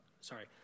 sorry